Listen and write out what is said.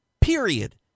period